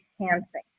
enhancing